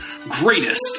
greatest